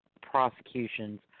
prosecutions